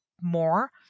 more